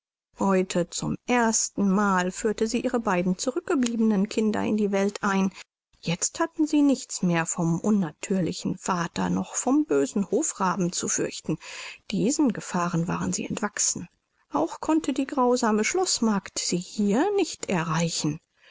heute zum ersten mal führte sie ihre beiden zurückgebliebenen kinder in die welt ein jetzt hatten sie nichts mehr vom unnatürlichen vater noch vom bösen hofraben zu fürchten diesen gefahren waren sie entwachsen auch konnte die grausame schloßmagd sie hier nicht erreichen